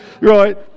right